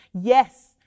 Yes